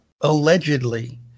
allegedly